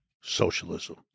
socialism